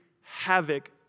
havoc